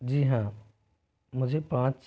जी हाँ मुझे पाँच